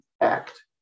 act